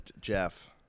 Jeff